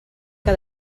que